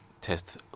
test